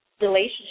relationship